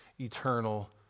eternal